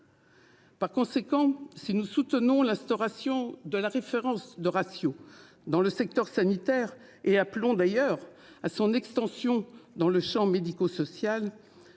Par conséquent, si nous soutenons l'instauration de ratios dans le secteur sanitaire et appelons à son extension dans le champ médico-social,